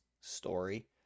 story